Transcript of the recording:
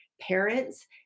parents